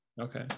Okay